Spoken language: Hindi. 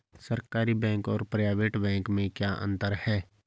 सरकारी बैंक और प्राइवेट बैंक में क्या क्या अंतर हैं?